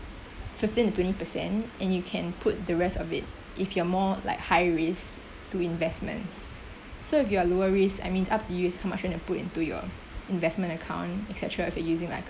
fifteen to twenty percent and you can put the rest of it if you're more like high risk to investments so if you are lower risk I mean it's up to you how much you want to put into your investment account et cetera if you're using like a